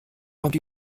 kommt